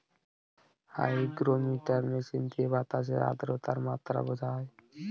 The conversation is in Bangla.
হাইগ্রোমিটার মেশিন দিয়ে বাতাসের আদ্রতার মাত্রা বোঝা হয়